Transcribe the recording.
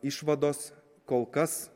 išvados kol kas